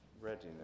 readiness